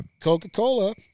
Coca-Cola